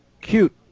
Cute